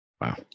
wow